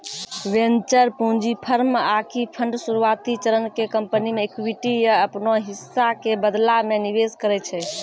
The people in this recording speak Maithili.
वेंचर पूंजी फर्म आकि फंड शुरुआती चरण के कंपनी मे इक्विटी या अपनो हिस्सा के बदला मे निवेश करै छै